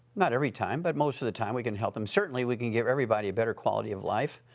not every time, but most of the time we can help them. certainly we can give everybody a better quality of life,